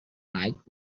right